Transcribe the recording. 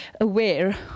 aware